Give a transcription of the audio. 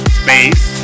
space